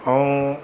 ऐं